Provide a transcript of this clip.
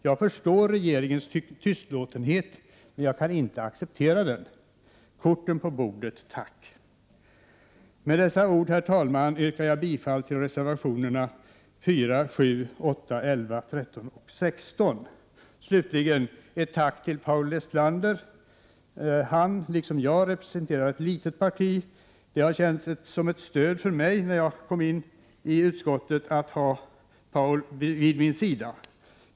Jag förstår regeringens tystlåtenhet, men jag kan inte acceptera den. Korten på bordet — tack! Med dessa ord, herr talman, yrkar jag bifall till reservationerna 4, 7, 8, 11, 13 och 16. Slutligen ett tack till Paul Lestander. Han, liksom jag, representerar ett litet parti. Det har känts som ett stöd för mig när jag kom in i utskottet att ha Paul Lestander vid min sida.